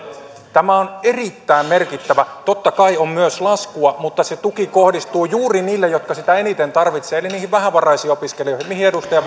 tämä on erittäin merkittävä totta kai on myös laskua mutta se tuki kohdistuu juuri niihin jotka sitä eniten tarvitsevat eli niihin vähävaraisiin opiskelijoihin mihin edustaja